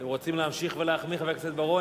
אתם רוצים להמשיך ולהחמיא, חבר הכנסת בר-און?